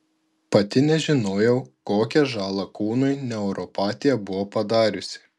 pati nežinojau kokią žalą kūnui neuropatija buvo padariusi